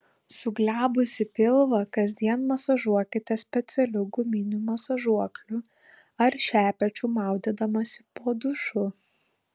suglebusį pilvą kasdien masažuokite specialiu guminiu masažuokliu ar šepečiu maudydamasi po dušu